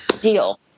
deal